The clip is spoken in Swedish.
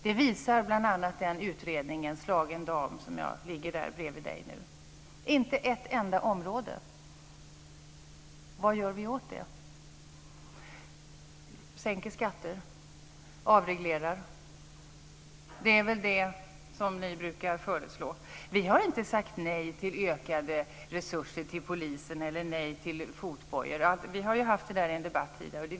Det visar bl.a. utredningen Slagen dam. Vad gör vi åt det? Sänker skatter, avreglerar som ni brukar föreslå? Vi har inte sagt nej till utökade resurser till polisen eller nej till fotbojor. Vi har debatterat den frågan tidigare.